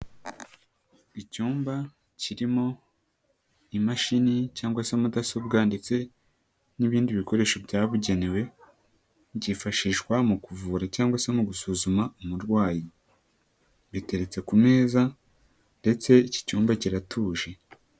Icyumba kirimo imashini cyangwa se mudasobwa ndetse n'ibindi bikoresho byabugenewe byifashishwa mu kuvura cyangwa se mu gusuzuma umurwayi, biteretse ku meza ndetse iki cyumba kiratuje.